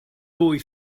boy